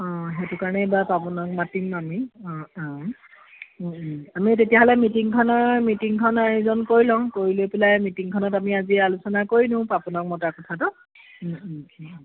অ সেইটো কাৰণেই বা পাপনক মাতিম আমি অ অ আমি তেতিয়াহ'লে মিটিংখনৰ মিটিংখন আয়োজন কৰি লওঁ কৰি লৈ পেলাই মিটিংখনত আমি আজি আলোচনা কৰি দিওঁ পাপনক মতা কথাটো ও ও ও